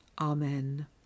Amen